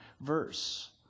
verse